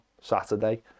Saturday